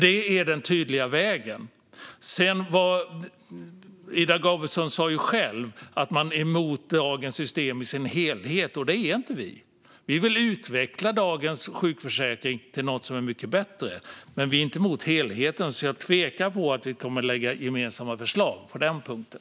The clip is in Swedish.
Det är den tydliga vägen. Ida Gabrielsson sa själv att man är emot dagens system i sin helhet. Det är inte vi. Vi vill utveckla dagens sjukförsäkring till något som är mycket bättre, men vi är inte emot helheten. Jag tvivlar på att vi kommer att lägga fram gemensamma förslag på den punkten.